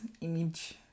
image